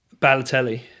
Balotelli